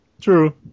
True